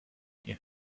you